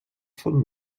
von